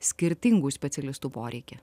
skirtingų specialistų poreikį